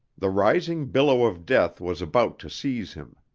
the rising billow of death was about to seize him.